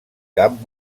cap